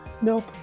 Nope